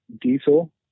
diesel